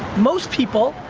most people,